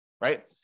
right